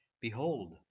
Behold